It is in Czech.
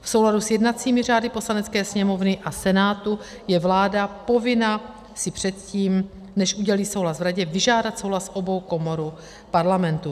V souladu s jednacími řády Poslanecké sněmovny a Senátu je vláda povinna si předtím, než udělí souhlas Radě, vyžádat souhlas obou komor Parlamentu.